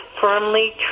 firmly